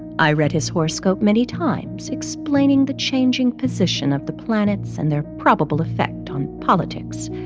i read his horoscope many times, explaining the changing position of the planets and their probable effect on politics,